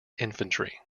infantry